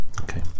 Okay